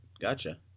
Gotcha